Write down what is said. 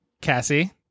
Cassie